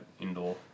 indoor